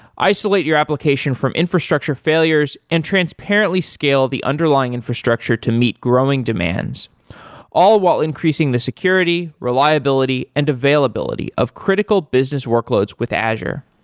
isolate your application from infrastructure failures and transparently scale the underlying infrastructure to meet growing demands all while increasing the security, reliability and availability of critical business workloads with azure.